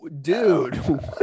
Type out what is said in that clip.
dude